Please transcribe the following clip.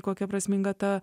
kokia prasminga ta